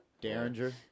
Derringer